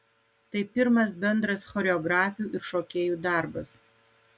tai pirmas bendras choreografių ir šokėjų darbas